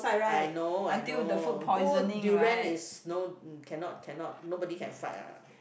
I know I know good durian is no cannot cannot nobody can fight lah